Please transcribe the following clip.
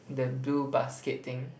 the blue basket thing